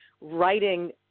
writing